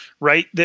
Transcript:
right